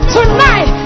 Tonight